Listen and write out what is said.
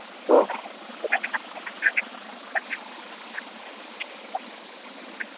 तो